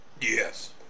Yes